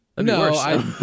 No